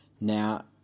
Now